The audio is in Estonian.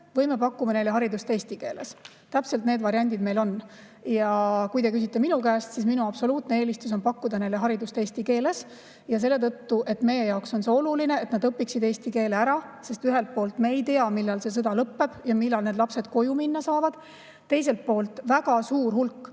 või me pakume neile haridust eesti keeles. Täpselt need variandid meil on. Kui te küsite minu käest, siis minu kindel eelistus on pakkuda neile haridust eesti keeles, sest meie jaoks on oluline, et nad õpiksid eesti keele ära. Ühelt poolt me ei tea, millal see sõda lõpeb ja millal need lapsed saavad koju minna. Teiselt poolt, väga suur hulk,